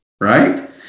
Right